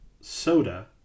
soda